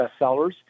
bestsellers